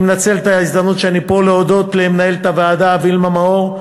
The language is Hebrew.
אני מנצל את ההזדמנות שאני עומד פה להודות למנהלת הוועדה וילמה מאור,